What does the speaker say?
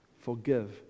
forgive